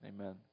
Amen